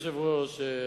אדוני היושב-ראש,